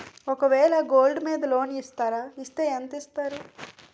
ఒక వేల గోల్డ్ మీద లోన్ ఇస్తారా? ఇస్తే ఎంత ఇస్తారు?